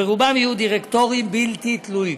ורובם יהיו דירקטורים בלתי תלויים.